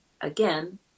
Again